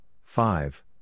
five